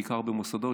בעיקר במוסדות,